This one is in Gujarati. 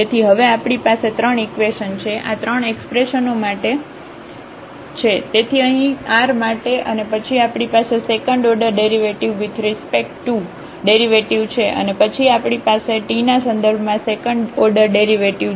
તેથી હવે આપણી પાસે ત્રણ ઇકવેશન છે આ ત્રણ એક્સપ્રેશનઓ માટે છે તેથી અહીં r માટે અને પછી આપણી પાસે second second order derivative with respect to derivative છે અને પછી આપણી પાસે t ના સંદર્ભમાં સેકન્ડ ઓર્ડર ડેરિવેટિવ છે